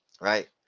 Right